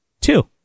two